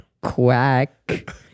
Quack